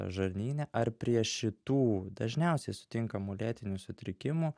žarnyne ar prie šitų dažniausiai sutinkamų lėtinių sutrikimų